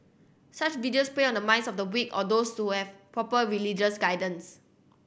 such videos prey on the minds of the weak or those so have proper religious guidance